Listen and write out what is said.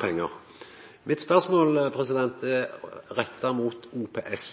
pengar. Mitt spørsmål er retta mot OPS.